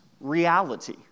reality